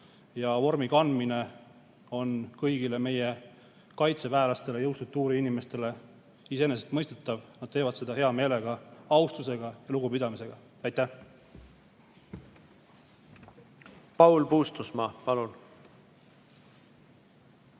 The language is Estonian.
vormi kandmine on kõigile meie kaitseväelastele, jõustruktuuri esindajatele iseenesestmõistetav, et nad teevad seda hea meelega, austuse ja lugupidamisega. Aitäh! Paul Puustusmaa, palun!